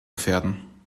gefährden